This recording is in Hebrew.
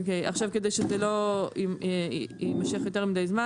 עכשיו כדי שזה לא יימשך יותר מידי זמן,